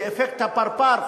באפקט הפרפר,